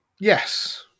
Yes